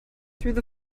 through